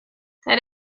that